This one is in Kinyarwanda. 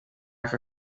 aka